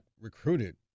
recruited